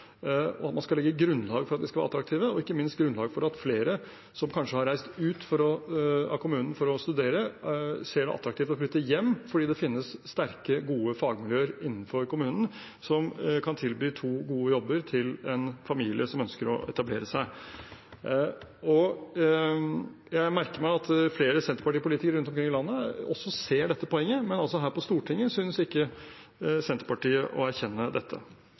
og at man skal legge et grunnlag for at de skal være attraktive, og ikke minst et grunnlag for at flere som kanskje har reist ut fra kommunen for å studere, ser det attraktivt å flytte hjem fordi det finnes sterke, gode fagmiljøer innenfor kommunen som kan tilby to gode jobber til en familie som ønsker å etablere seg. Jeg merker meg at flere Senterparti-politikere rundt omkring i landet også ser dette poenget, men her på Stortinget synes ikke Senterpartiet å erkjenne dette.